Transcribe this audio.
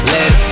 Let